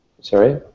Sorry